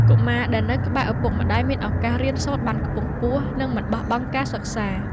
កុមារដែលនៅក្បែរឪពុកម្ដាយមានឱកាសរៀនសូត្របានខ្ពង់ខ្ពស់ និងមិនបោះបង់ការសិក្សា។